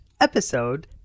episode